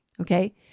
Okay